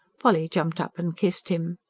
polly jumped up and kissed him.